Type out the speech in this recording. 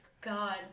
God